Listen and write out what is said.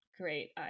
great